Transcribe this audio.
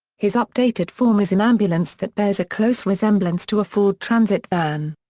his updated form is an ambulance that bears a close resemblance to a ford transit van.